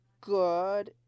good